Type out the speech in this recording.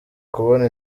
kubona